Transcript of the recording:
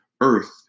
earth